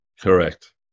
Correct